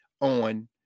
on